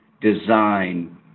design